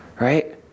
Right